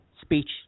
speech